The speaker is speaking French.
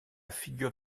figure